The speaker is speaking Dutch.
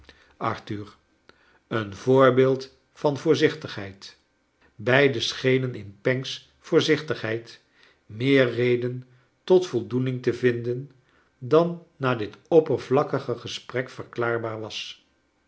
een voorbeeld van voorzichtigheid beiden schenen in panck's voorzichtigheid meer reden tot voldoening te vinden dan na dit oppervlakkige gesprek verklaarbaar was